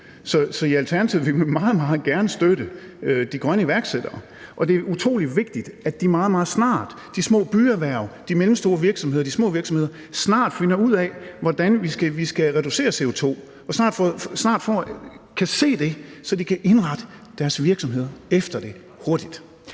Så i Alternativet vil vi meget, meget gerne støtte de grønne iværksættere. Og det er utrolig vigtigt, at de små byerhverv, de mellemstore virksomheder og de små virksomheder meget, meget snart finder ud af, hvordan vi skal reducere CO2-udledningen, og snart kan se det, så de kan indrette deres virksomheder efter det hurtigt.